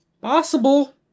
Possible